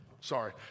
sorry